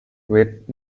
with